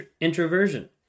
introversion